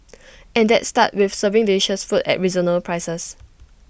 and that starts with serving delicious food at reasonable prices